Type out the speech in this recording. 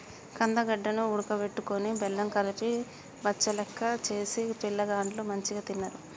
కందగడ్డ ను ఉడుకబెట్టుకొని బెల్లం కలిపి బచ్చలెక్క చేసిన పిలగాండ్లు మంచిగ తిన్నరు